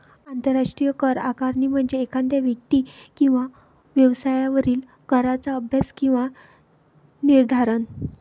आंतरराष्ट्रीय कर आकारणी म्हणजे एखाद्या व्यक्ती किंवा व्यवसायावरील कराचा अभ्यास किंवा निर्धारण